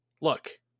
look